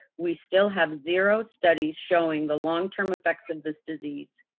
we still have zero studies showing the longterm effects of this disease.